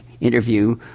interview